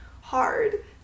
hard